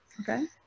Okay